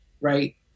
right